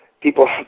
people